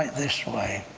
this way.